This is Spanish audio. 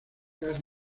gas